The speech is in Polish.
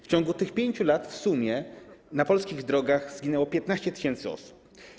W ciągu tych 5 lat w sumie na polskich drogach zginęło 15 tys. osób.